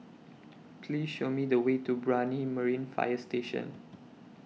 Please Show Me The Way to Brani Marine Fire Station